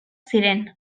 ziren